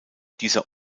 dieser